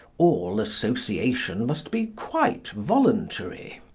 all association must be quite voluntary.